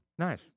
Nice